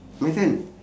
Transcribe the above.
my turn